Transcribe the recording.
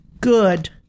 good